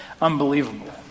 unbelievable